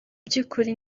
by’ukuri